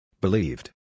Believed